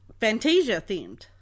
Fantasia-themed